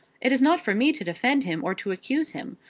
it is not for me to defend him or to accuse him.